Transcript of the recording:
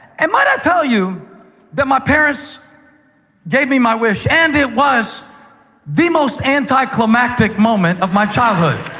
and might i tell you that my parents gave me my wish, and it was the most anticlimactic moment of my childhood?